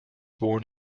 born